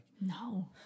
no